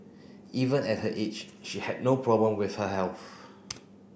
even at her age she had no problem with her health